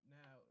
now